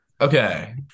Okay